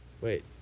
Wait